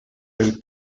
del